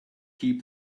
keep